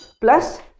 plus